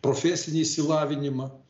profesinį išsilavinimą